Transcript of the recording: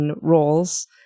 roles